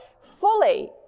fully